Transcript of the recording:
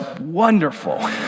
wonderful